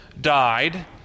died